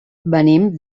venim